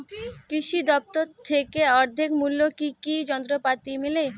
কৃষি দফতর থেকে অর্ধেক মূল্য কি কি যন্ত্রপাতি মেলে?